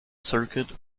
circuit